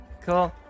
cool